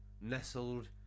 nestled